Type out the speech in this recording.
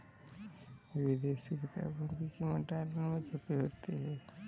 विदेशी किताबों की कीमत डॉलर में छपी होती है